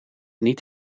niet